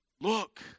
look